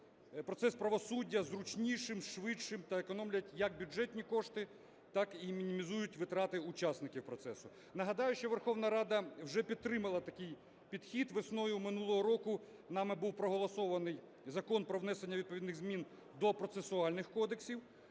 процес правосуддя зручнішим, швидшим та економлять як бюджетні кошти, так і мінімізують витрати учасників процесу. Нагадаю, що Верховна Рада вже підтримала такий підхід. Весною минулого року нами був проголосований закон про внесення відповідних змін до процесуальних кодексів.